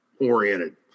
oriented